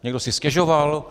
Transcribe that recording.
Někdo si stěžoval?